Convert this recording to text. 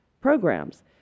programs